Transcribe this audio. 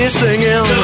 singing